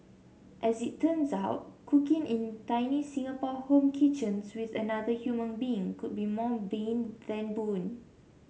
as it turns out cooking in tiny Singapore home kitchens with another human being could be more bane than boon